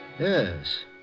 Yes